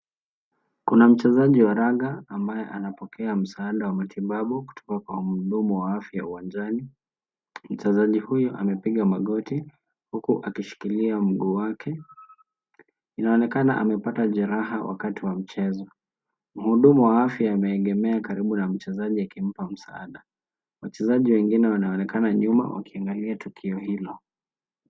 Kuna mchezaji wa raga ambaye anapokea msaada wa matibabu kutoka kwa mhudumu wa afya uwanjani. Mchezaji huyu amepiga magoti huku akishikilia mguu wake. Inaonekana amepata jeraha wakati wa mchezo. Mhudumu wa afya ameegemea karibu na mchezaji akimpa msaada. Wachezaji wengine wanaonekana nyuma wakiangalia tukio hilo.